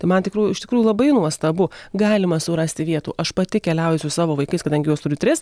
tai man tikrų iš tikrųjų labai nuostabu galima surasti vietų aš pati keliauju su savo vaikais kadangi juos turiu tris